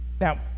Now